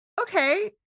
okay